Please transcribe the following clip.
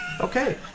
Okay